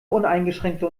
uneingeschränkte